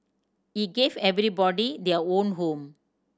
he gave everybody their own home